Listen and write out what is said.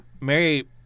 Mary